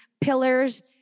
pillars